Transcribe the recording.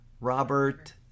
Robert